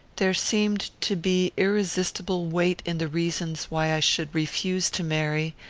there seemed to be irresistible weight in the reasons why i should refuse to marry,